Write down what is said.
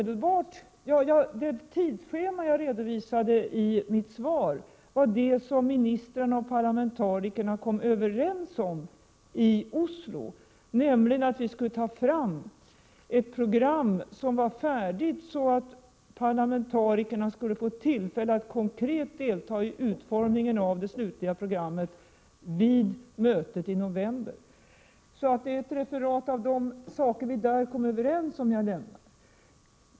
Det tidsschema jag redovisade i mitt svar var det som ministrarna och parlamentarikerna kom överens om i Oslo, nämligen att ta fram ett program som var färdigt så att parlamentarikerna skulle få tillfälle att konkret delta i utformningen av det slutliga programmet vid mötet i november. Det jag redovisade var alltså ett referat av de saker vi kom överens om.